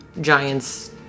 giants